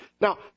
Now